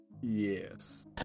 Yes